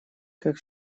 как